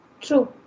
True